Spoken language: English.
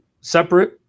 separate